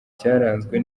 cyaranzwe